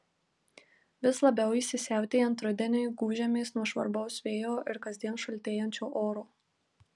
vis labiau įsisiautėjant rudeniui gūžiamės nuo žvarbaus vėjo ir kasdien šaltėjančio oro